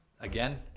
again